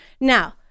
Now